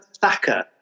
Thacker